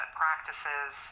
practices